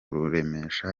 ruremesha